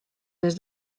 les